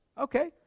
Okay